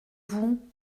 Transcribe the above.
vous